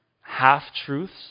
half-truths